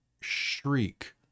shriek